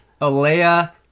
Alea